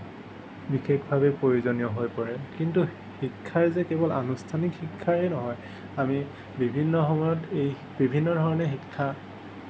বিশেষভাৱে প্ৰয়োজনীয় হৈ পৰে কিন্তু শিক্ষাই যে কেৱল আনুস্থানিক শিক্ষাই নহয় আমি বিভিন্ন সময়ত এই বিভিন্ন ধৰণে শিক্ষা